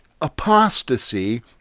apostasy